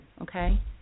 Okay